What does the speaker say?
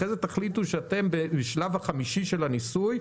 אחר כך תחליטו שבשלב החמישי של הניסוי,